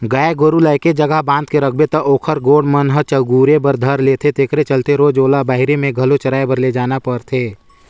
गाय गोरु ल एके जघा बांध के रखबे त ओखर गोड़ मन ह चगुरे बर धर लेथे तेखरे चलते रोयज ओला बहिरे में घलो चराए बर लेजना परथे